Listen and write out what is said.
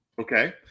Okay